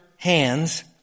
hands